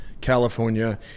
California